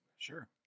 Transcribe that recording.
Sure